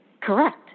Correct